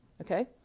Okay